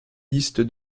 liste